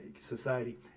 society